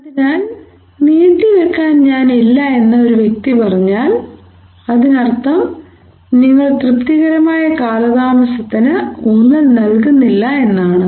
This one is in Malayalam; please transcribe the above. അതിനാൽ നീട്ടിവെക്കാൻ ഞാൻ ഇല്ല എന്ന് ഒരു വ്യക്തി പറഞ്ഞാൽ അതിനർത്ഥം നിങ്ങൾ തൃപ്തികരമായ കാലതാമസത്തിന് ഊന്നൽ നൽകുന്നില്ല എന്നാണ്